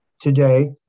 today